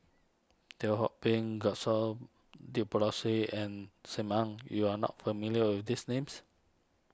Teo Ho Pin Gaston and Sim Ann you are not familiar with these names